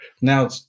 now